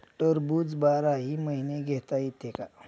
टरबूज बाराही महिने घेता येते का?